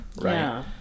Right